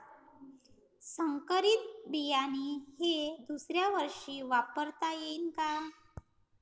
संकरीत बियाणे हे दुसऱ्यावर्षी वापरता येईन का?